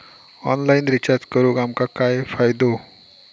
Online recharge करून आमका काय फायदो?